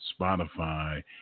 Spotify